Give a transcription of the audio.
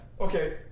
Okay